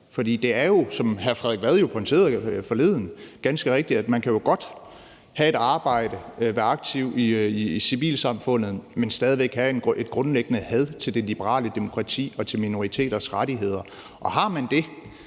For det er jo, som hr. Frederik Vad pointerede forleden, ganske rigtigt, at man jo godt kan have et arbejde og være aktiv i civilsamfundet, men stadig væk have et grundlæggende had til det liberale demokrati og til minoriteters rettigheder. Og har man det,